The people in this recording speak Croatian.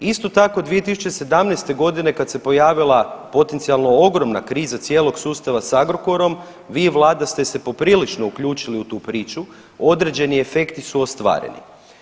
Isto tako 2017. godine kad se pojavila potencijalno ogromna kriza cijelog sustava sa Agrokorom vi i Vlada ste se poprilično uključili u tu priču, određeni efekti su ostvareni.